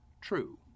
True